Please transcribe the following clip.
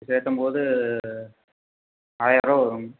ஏற்றும் போது ஆயிரரூவா வரும்